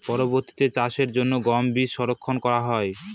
পরবর্তিতে চাষের জন্য গম বীজ সংরক্ষন করা হয়?